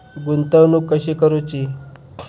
गुंतवणूक कशी करूची?